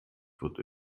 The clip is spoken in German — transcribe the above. wird